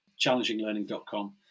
challenginglearning.com